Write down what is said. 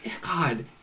God